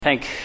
Thank